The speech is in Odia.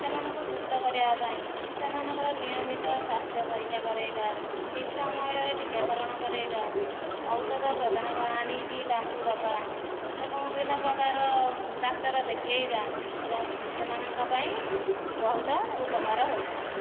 ସେମାନଙ୍କୁ ସୁସ୍ଥ କରିବାପାଇଁ ସେମାନଙ୍କର ନିୟମିତ ସ୍ୱାସ୍ଥ୍ୟ ପରୀକ୍ଷା କରେଇବା ଠିକ୍ ସମୟରେ ଟୀକାକରଣ କରେଇବା ଔଷଧ ପ୍ରଦାନ ଆଣିକି ତାଙ୍କୁ ଦେବା ଏବଂ ବିଭିନ୍ନ ପ୍ରକାର ଡାକ୍ତର ଦେଖେଇବା ସେମାନଙ୍କ ପାଇଁ ବହୁତ ଉପକାର ହୋଇଥାଏ